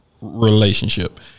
relationship